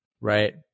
Right